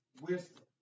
wisdom